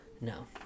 No